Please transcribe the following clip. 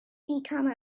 become